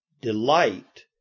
delight